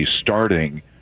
starting